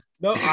No